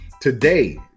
today